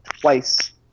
twice